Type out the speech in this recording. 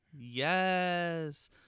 Yes